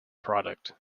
product